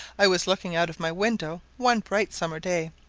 i was looking out of my window one bright summer-day,